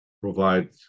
provide